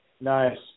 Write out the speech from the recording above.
Nice